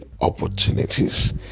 opportunities